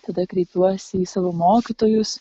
tada kreipiuosi į savo mokytojus